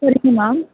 சரிங்க மேம்